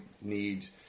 need